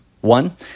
One